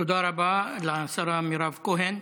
תודה רבה לשרה מירב כהן.